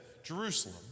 Jerusalem